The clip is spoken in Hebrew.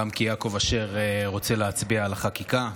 גם כי יעקב אשר רוצה להצביע על החקיקה,